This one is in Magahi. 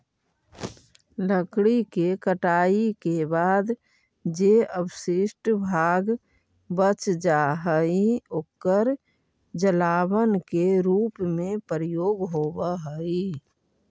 लकड़ी के कटाई के बाद जे अवशिष्ट भाग बच जा हई, ओकर जलावन के रूप में प्रयोग होवऽ हई